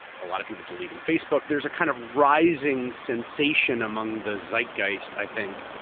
a lot of people deleting facebook. there's a kind of rising sensation among the zeitgeist, i think,